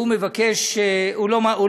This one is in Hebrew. שהוא מבקש, הוא לא ממליץ,